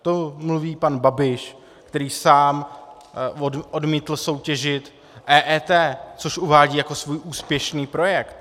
To mluví pan Babiš, který sám odmítl soutěžit EET, což uvádí jako svůj úspěšný projekt.